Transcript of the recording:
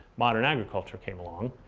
modern agriculture came along.